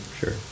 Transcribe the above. sure